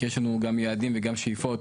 כי יש לנו גם יעדים וגם שאיפות